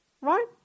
right